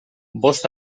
bost